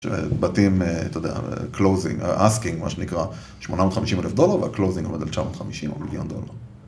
שבתים, אתה יודע, closing, asking, מה שנקרא, 850 אלף דולר, וה-closing עומד על 950 מיליון דולר.